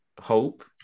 hope